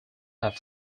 have